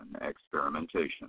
experimentation